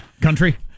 country